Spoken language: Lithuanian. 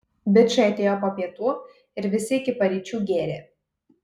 bičai atėjo po pietų ir visi iki paryčių gėrė